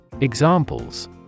Examples